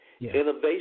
innovation